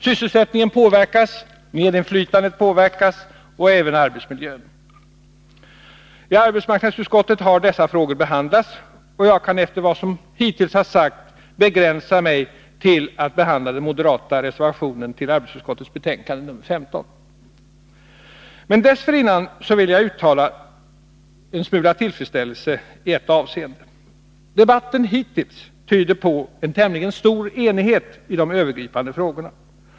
Sysselsättningen påverkas, medinflytandet påverkas och även arbetsmiljön. I arbetsmarknadsutskottet har dessa frågor behandlats, och jag kan efter vad som hittills sagts begränsa mig till att behandla den moderata reservationen till arbetsmarknadsutskottets betänkande nr 15. Men dessförinnan vill jag uttala en smula tillfredsställelse i ett avseende. Debatten hittills tyder på en tämligen stor enighet i de övergripande frågorna.